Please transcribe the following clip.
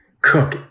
cook